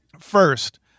first